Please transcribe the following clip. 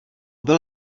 byl